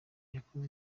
yakoze